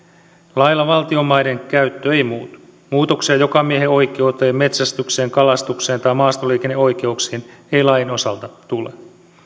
lailla valtion maiden käyttö ei muutu muutoksia jokamiehenoikeuteen metsästykseen kalastukseen tai maastoliikenneoikeuksiin ei lain osalta tule